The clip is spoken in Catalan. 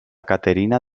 caterina